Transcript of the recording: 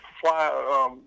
fly